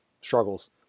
struggles